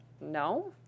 no